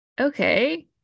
okay